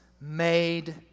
made